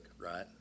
right